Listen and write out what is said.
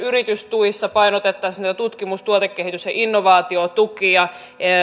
yritystuissa painotettaisiin tutkimus tuotekehitys ja innovaatiotukia